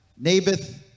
Naboth